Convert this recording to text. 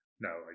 No